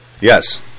Yes